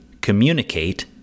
communicate